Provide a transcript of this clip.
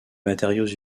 matériaux